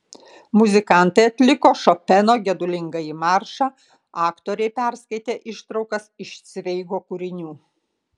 muzikantai atliko šopeno gedulingąjį maršą aktoriai perskaitė ištraukas iš cveigo kūrinių